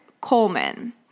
Coleman